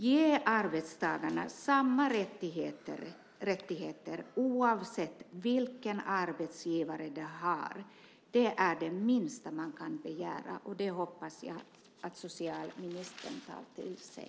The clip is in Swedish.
Ge arbetstagarna samma rättigheter oavsett vilken arbetsgivare de har! Det är det minsta man kan begära. Det hoppas jag att justitieministern tar till sig.